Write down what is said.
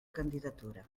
candidatura